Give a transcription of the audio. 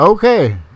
Okay